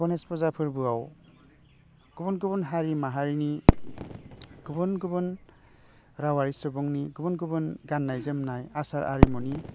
गनेश फुजा फोरबोआव गुबुन गुबुन हारि माहारिनि गुबुन गुबुन रावआरि सुबुंनि गुबुन गुबुन गाननाय जोमनाय आसार आरिमुनि